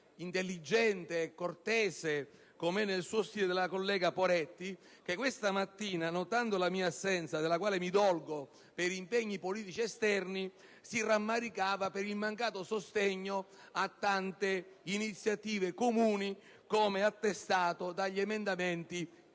intelligente e cortese, com'è nel suo stile, della collega Poretti che questa mattina, notando la mia assenza - della quale mi dolgo, anche se dovuta ad impegni politici esterni - si rammaricava per il mancato sostegno a tante iniziative comuni, come attestato dagli emendamenti